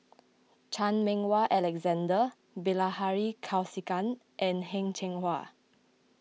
Chan Meng Wah Alexander Bilahari Kausikan and Heng Cheng Hwa